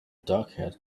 darkhaired